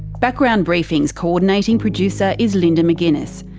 background briefing's co-ordinating producer is linda mcginness,